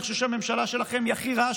אני חושב שהממשלה שלכם היא הכי רעה